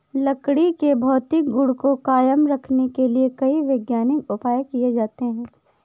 लकड़ी के भौतिक गुण को कायम रखने के लिए कई वैज्ञानिक उपाय किये जाते हैं